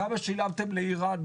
כמה שילמתם לאירן,